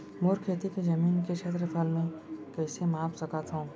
मोर खेती के जमीन के क्षेत्रफल मैं कइसे माप सकत हो?